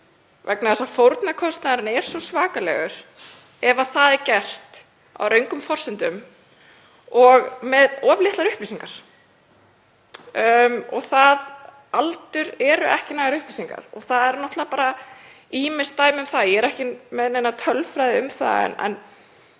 vegna þess að fórnarkostnaðurinn er svo svakalegur ef það er gert á röngum forsendum og með of litlar upplýsingar. Aldur er ekki nægar upplýsingar og það eru náttúrlega bara ýmis dæmi um það. Ég er ekki með neina tölfræði um það en